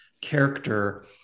character